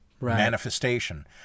manifestation